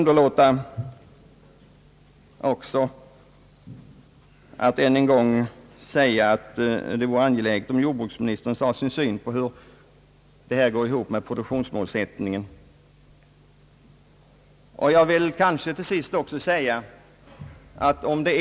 Dei vore angeläget om jordbruksministern gav sin syn på hur hans resonemang i denna fråga går ihop med produktionsmålsättningen.